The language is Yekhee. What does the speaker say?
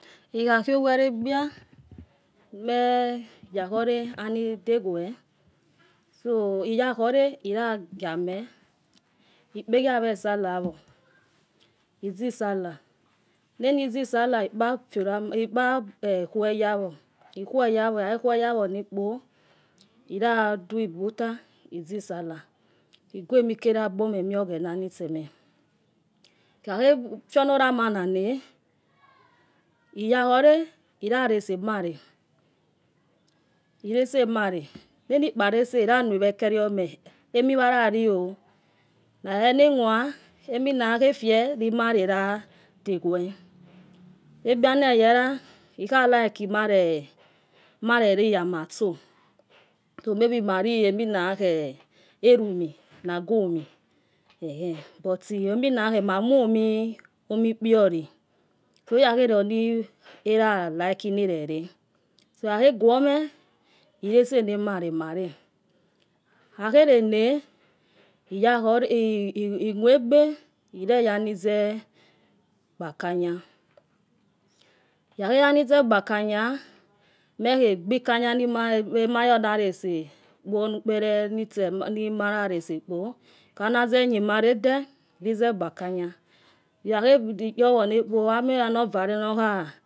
Ikhakhoogwe ologblua. moyakgore ani dalwe. igakhore, iya gio ame. llopegia wo itsi sallah. khozi salleh nani si sallah ikpa khuew yawo ikhakhe khuew yawona. ira dwi buta izi sallah iguamie mikele ogbor mtseme mior oguana ikhakhe fhio no olamanq. na. iyakhore. iyause male. ilesemale. nanokpa less, iyano heweke uome amiwaya le o. ena mua, efwe lomale ya dcdwe. egblua na. eyala eha like mare la. amato. maybe eminakho ma le elumi lago omi eminakho buto mamo omi ukpioli. ikhakuelionilela like we so okuahe guemo elesenamale male. makhahelena. iyakhore imuaegbor a ireyani ze kpakanyo. ikuakhe yanozekpa akanya. makhegbi ekanya nayo nimolesokpo anaze anuew malade uze kpakanga